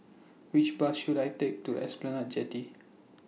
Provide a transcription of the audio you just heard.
Which Bus should I Take to Esplanade Jetty